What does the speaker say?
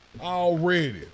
already